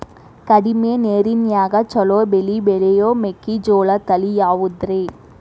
ಕಡಮಿ ನೇರಿನ್ಯಾಗಾ ಛಲೋ ಬೆಳಿ ಬೆಳಿಯೋ ಮೆಕ್ಕಿಜೋಳ ತಳಿ ಯಾವುದ್ರೇ?